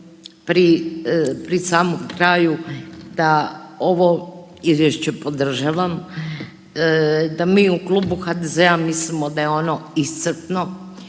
pri samom kraju da ovo izvješće podržavam, da mi u klubu HDZ-a mislimo da je ono iscrpno,